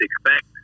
expect